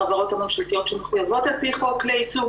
החברות הממשלתיות שמחויבות על פי חוק לייצוג